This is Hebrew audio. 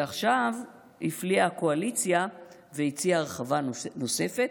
ועכשיו הפליאה הקואליציה והציעה הרחבה נוספת,